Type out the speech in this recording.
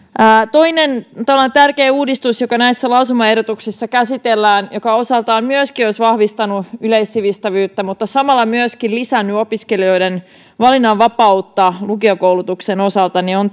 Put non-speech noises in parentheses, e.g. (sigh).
toinen tällainen tärkeä uudistus joka näissä lausumaehdotuksissa käsitellään joka osaltaan olisi vahvistanut yleissivistävyyttä mutta samalla myöskin lisännyt opiskelijoiden valinnanvapautta lukiokoulutuksen osalta on (unintelligible)